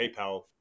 PayPal